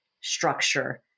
structure